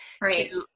right